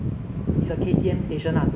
so is it still there that stall